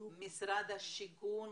משרד השיכון,